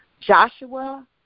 Joshua